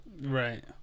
Right